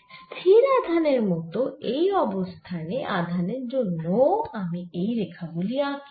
স্থির আধানের মত এই অবস্থানে আধানের জন্য ও আমি এই রেখা গুলি আঁকি